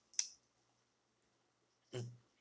mm